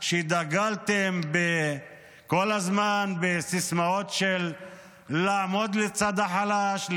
שדגלה כל הזמן בסיסמאות של עמידה לצד החלש,